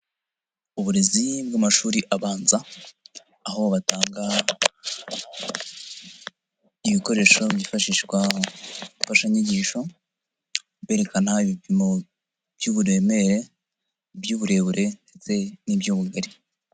Uburezi mu mashuri abanza aho ibikoresho byifashishwa mu mfashanyigisho berekana ibipimo by'uburemere, iby'uburebure ndetse n'iby'ubugari.